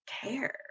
care